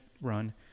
run